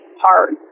hard